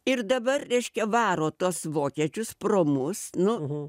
ir dabar reiškia varo tuos vokiečius pro mus nu